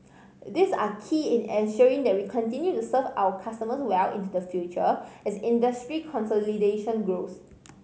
these are key in ensuring that we continue to serve our customers well into the future as industry consolidation grows